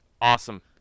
Awesome